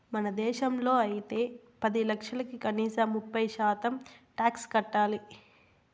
మన దేశంలో అయితే పది లక్షలకి కనీసం ముప్పై శాతం టాక్స్ కట్టాలి